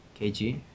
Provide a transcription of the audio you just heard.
KG